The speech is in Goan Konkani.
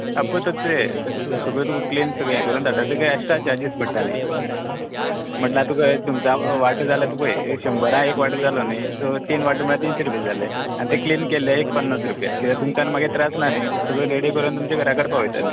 आ पय ते सगळे तुका क्लीन सगळे तुका हें करून धाडटा तेका एकस्ट्रा चार्जीस पडटा न्ही मटल्यार तुमका सुंगटां वाटो जाय जाल्यार तुमका शंबरां एक वांटो जालो न्ही सो तीन वाटो म्हळ्यार तिनशीं रुपया जाले आनी ते क्लीन केल्ल्याक एक पन्नास रुपया कित्याक तुमका आनी मागीर त्रास ना न्ही सगळें रॅडी करून तुमचे घरा कडेन पावयतले आमी